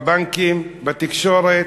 בבנקים, בתקשורת,